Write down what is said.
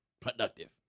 productive